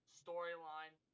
storyline